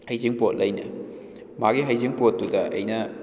ꯍꯩꯖꯤꯡꯄꯣꯠ ꯂꯩꯅꯦ ꯃꯥꯒꯤ ꯍꯩꯖꯤꯡꯄꯣꯠꯇꯨꯗ ꯑꯩꯅ